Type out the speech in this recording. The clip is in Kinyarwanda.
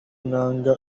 nanga